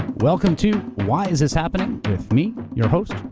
welcome to why is this happening? with me, your host,